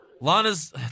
Lana's